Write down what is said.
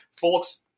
Folks